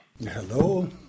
Hello